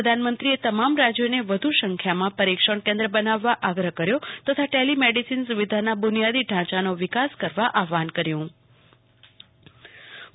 પ્રધાનમંત્રીએ તમામ રાજયોને વધુ સંખ્યામાં પરીક્ષણ કેન્દ્ર બનાવવા આગ્રહ કર્યો તથા ટેલી મેડીસીન સુવિધાના બુનિયાદી ઢાંચાનો વિકાસ કરવા આહવાન કર્યું કલ્પના શાહ આઈ